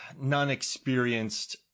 non-experienced –